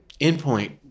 endpoint